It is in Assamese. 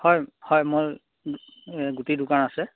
হয় হয় মোৰ গুটিৰ দোকান আছে